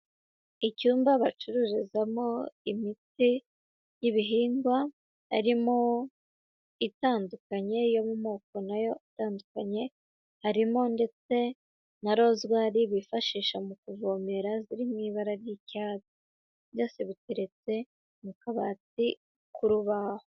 Icyumba bacururizamo imiti y'ibihingwa, harimo itandukanye yo mu moko nayo atandukanye, harimo ndetse na rozwari bifashisha mu kuvomera ziri mu ibara ry'icyatsi, byose biteretse mu kabati k'urubaho.